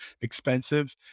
expensive